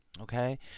okay